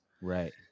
Right